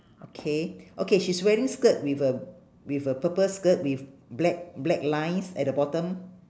okay okay she's wearing skirt with a with a purple skirt with black black lines at the bottom